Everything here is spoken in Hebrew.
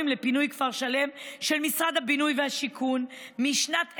לפינוי כפר שלם של משרד הבינוי והשיכון משנת 1996,